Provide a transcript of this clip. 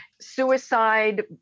suicide